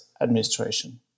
administration